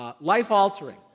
Life-altering